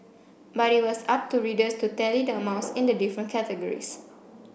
but it was up to readers to tally the amounts in the different categories